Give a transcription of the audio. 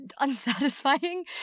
unsatisfying